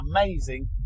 amazing